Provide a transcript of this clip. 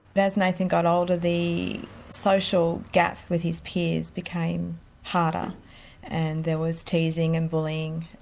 but as nathan got older the social gap with his peers became harder and there was teasing and bullying.